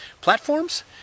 platforms